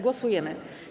Głosujemy.